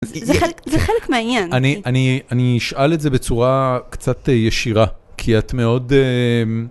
זה חלק מהעניין. אני אשאל את זה בצורה קצת ישירה, כי את מאוד...